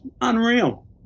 unreal